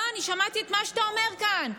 לא, אני שמעתי את מה שאתה אומר כאן.